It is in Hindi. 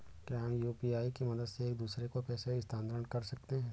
क्या हम यू.पी.आई की मदद से एक दूसरे को पैसे स्थानांतरण कर सकते हैं?